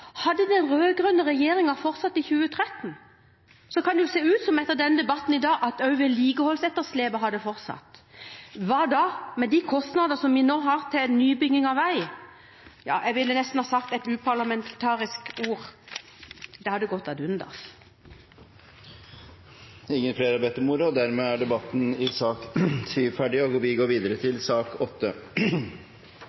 Hadde den rød-grønne regjeringen fortsatt i 2013, kan det jo se ut som, etter debatten i dag, at også vedlikeholdsetterslepet hadde fortsatt. Hva da med de kostnader som vi nå har til nybygging av vei? Jeg ville nesten ha sagt noe uparlamentarisk: Det hadde gått ad undas. Flere har ikke bedt om ordet til sak